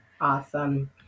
Awesome